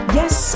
yes